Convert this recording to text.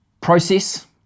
Process